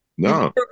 No